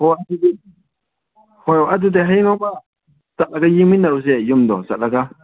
ꯍꯣꯏ ꯑꯗꯨꯗꯤ ꯍꯣꯏ ꯑꯗꯨꯗꯤ ꯍꯌꯦꯡ ꯅꯣꯡꯃ ꯆꯠꯂꯒ ꯌꯦꯡꯃꯤꯟꯅꯔꯨꯁꯦ ꯌꯨꯝꯗꯣ ꯆꯠꯂꯒ